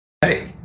hey